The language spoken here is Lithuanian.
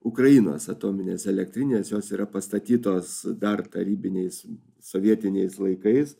ukrainos atominės elektrinės jos yra pastatytos dar tarybiniais sovietiniais laikais